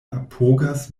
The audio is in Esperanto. apogas